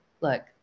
look